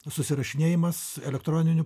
susirašinėjimas elektroniniu